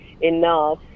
enough